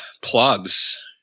Plugs